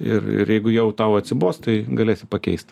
ir ir jeigu jau tau atsibos tai galėsi pakeist